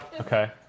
Okay